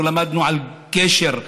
אנחנו למדנו על קשר הדם,